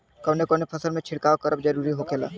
कवने कवने फसल में छिड़काव करब जरूरी होखेला?